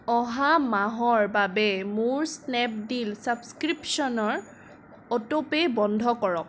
অহা মাহৰ বাবে মোৰ স্নেপডীল ছাবস্ক্ৰিপশ্য়নৰ অটো পে' বন্ধ কৰক